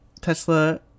Tesla